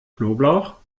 knoblauch